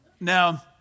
Now